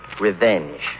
Revenge